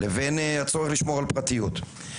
לבין הצורך לשמור על פרטיות.